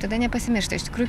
tada nepasimiršta iš tikrųjų